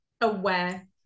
aware